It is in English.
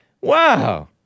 Wow